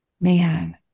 man